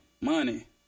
money